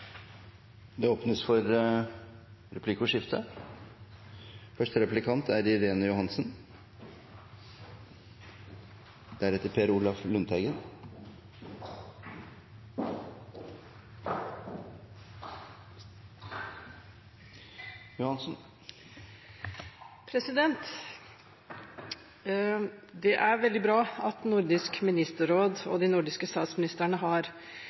Det åpnes for replikkordskifte. Det er veldig bra at Nordisk ministerråd og de nordiske statsministrene har